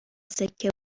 سکه